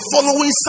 following